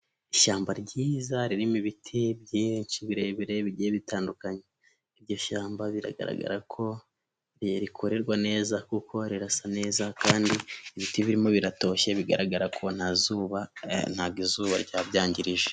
Ishyamba ryiza ririmo ibiti byinshi birebire bigiye bitandukanye, iryo shyamba biragaragara ko ririkorerwa neza kuko rirasa neza, kandi ibiti birimo biratoshye, bigaragara ko nta zuba, ntago izuba ryabyangije.